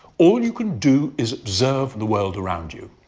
all you could do is observe the world around you.